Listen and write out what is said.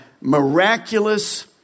miraculous